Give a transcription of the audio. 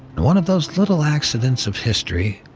one of those little accidents of history,